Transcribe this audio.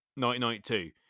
1992